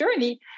journey